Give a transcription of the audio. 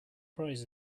prize